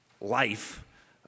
life